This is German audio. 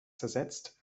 zersetzt